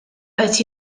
qed